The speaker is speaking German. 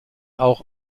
auch